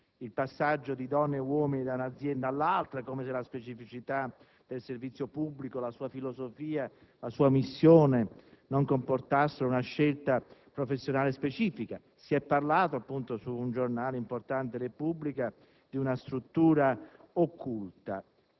il passaggio di donne e uomini da un'azienda all'altra, come se la specificità del servizio pubblico, la sua filosofia, la sua missione non comportassero una scelta professionale specifica. Si è parlato su un giornale importante, «la Repubblica», di una struttura occulta.